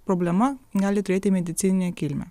problema gali turėti medicininę kilmę